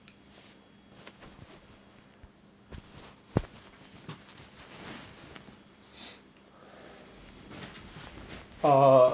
uh